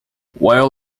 while